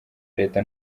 leta